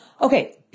Okay